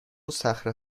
صخره